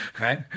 Right